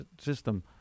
system